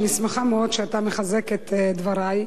אני שמחה מאוד שאתה מחזק את דברי.